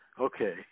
Okay